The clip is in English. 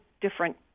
different